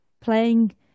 playing